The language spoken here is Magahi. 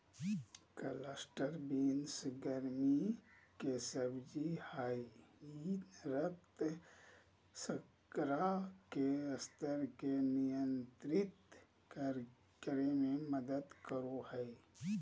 क्लस्टर बीन्स गर्मि के सब्जी हइ ई रक्त शर्करा के स्तर के नियंत्रित करे में मदद करो हइ